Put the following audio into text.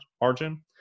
margin